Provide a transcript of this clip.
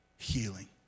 healing